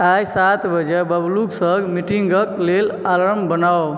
आइ सात बजे बबलूक सङ्ग मीटिंगक लेल अलार्म बनाउ